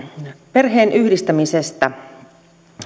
perheenyhdistämisestä